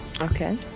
Okay